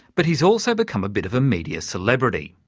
but he's also become a bit of media celebrity.